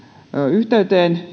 yhteyteen